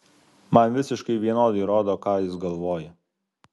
man visiškai vienodai rodo ką jis galvoja